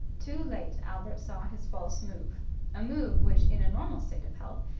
too late albert saw his false move a move which in a normal state of health,